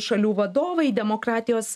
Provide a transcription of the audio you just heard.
šalių vadovai demokratijos